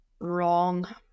wrong